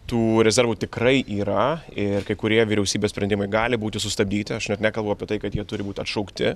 tų rezervų tikrai yra ir kai kurie vyriausybės sprendimai gali būti sustabdyti aš net nekalbu apie tai kad jie turi būti atšaukti